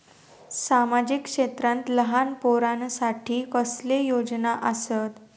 सामाजिक क्षेत्रांत लहान पोरानसाठी कसले योजना आसत?